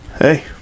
Hey